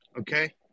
Okay